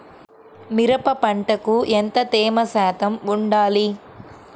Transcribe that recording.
మిరప పంటకు ఎంత తేమ శాతం వుండాలి?